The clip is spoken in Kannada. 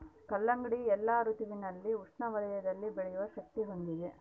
ಕಲ್ಲಂಗಡಿ ಎಲ್ಲಾ ಋತುವಿನಲ್ಲಿ ಉಷ್ಣ ವಲಯದಲ್ಲಿ ಬೆಳೆಯೋ ಶಕ್ತಿ ಹೊಂದಿದೆ